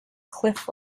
cliff